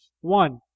one